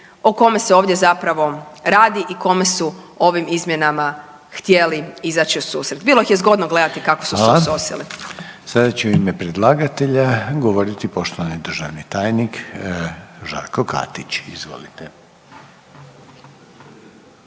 o kome se ovdje zapravo radi i kome su ovim izmjenama htjeli izaći u susret. Bilo ih je zgodno gledati kako …/Upadica: Hvala./… su se usosili. **Reiner, Željko (HDZ)** Hvala. Sada će u ime predlagatelja govoriti poštovani državni tajnik, Žarko Katić, izvolite.